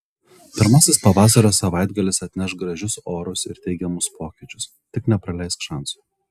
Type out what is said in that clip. pirmasis pavasario savaitgalis atneš gražius orus ir teigiamus pokyčius tik nepraleisk šanso